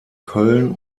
köln